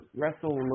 wrestle